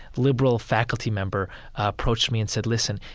liberal faculty member approached me and said, listen,